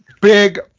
Big